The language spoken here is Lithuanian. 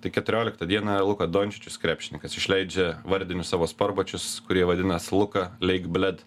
tai keturioliktą dieną luka dončičius krepšininkas išleidžia vardinius savo sportbačius kurie vadinas luka leik bled